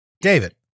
David